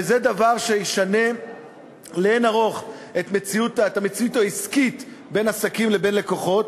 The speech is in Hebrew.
וזה דבר שישנה לאין-ערוך את המציאות העסקית בין עסקים לבין לקוחות.